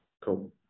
Cool